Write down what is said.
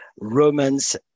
Romans